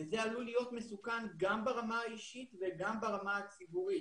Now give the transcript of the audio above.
זה עלול להיות מסוכן גם ברמה האישית וגם ברמה הציבורית.